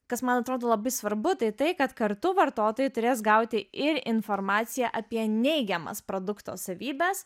kas man atrodo labai svarbu tai tai kad kartu vartotojai turės gauti ir informaciją apie neigiamas produkto savybes